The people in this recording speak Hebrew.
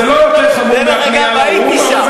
זה לא יותר חמור מהפנייה לאו"ם,